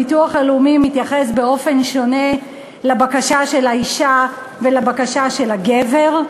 הביטוח הלאומי מתייחס באופן שונה לבקשה של האישה ולבקשה של הגבר.